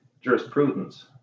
jurisprudence